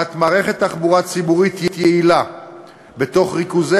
הקמת מערכת תחבורה ציבורית יעילה בתוך ריכוזי